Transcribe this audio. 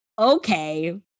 Okay